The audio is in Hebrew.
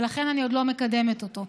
ולכן אני עוד לא מקדמת אותו.